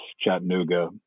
Chattanooga